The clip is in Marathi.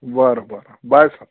बरं बरं बाय सर